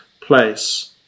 place